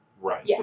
Right